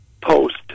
post